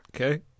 okay